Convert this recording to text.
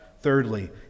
Thirdly